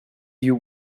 you